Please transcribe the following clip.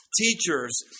teachers